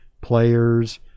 players